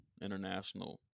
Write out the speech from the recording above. international